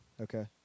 Okay